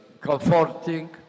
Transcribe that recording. comforting